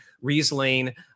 Riesling